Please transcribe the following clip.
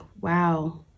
wow